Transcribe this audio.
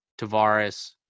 tavares